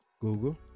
Google